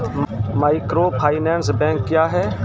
Microfinance bank क्या हैं?